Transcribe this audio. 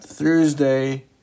Thursday